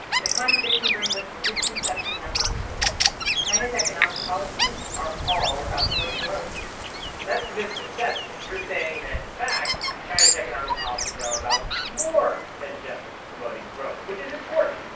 the contradiction brings us to misconception no. four china's economic policies are all about promoting growth so that's the misconception. you're saying that, in fact, china's economic policies are about more than just promoting growth which is important.